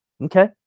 Okay